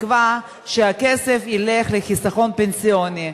בתקווה שהכסף ילך לחיסכון פנסיוני.